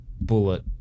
bullet